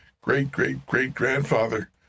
great-great-great-grandfather